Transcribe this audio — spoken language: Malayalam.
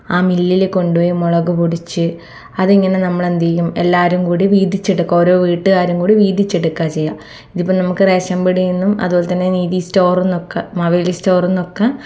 ആ മില്ലിൽ കൊണ്ട് പോയി മുളക് പൊടിച്ച് അത് ഇങ്ങനെ നമ്മളെന്തു ചെയും എല്ലാവരുംകൂടി വീതിച്ചെടുക്കും ഓരോ വീട്ടുകാരും കൂടി വീതിച്ചെടുക്കുകയാണ് ചെയ്യുക ഇതിപ്പോൾ ഞങ്ങൾക്ക് റേഷൻ പീടികയിൽ നിന്നും അതുപോലെ തന്നെ നീതി സ്റ്റോറിൽ നിന്നൊക്ക മാവേലി സ്റ്റോറിൽ നിന്നൊക്ക